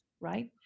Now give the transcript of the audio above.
right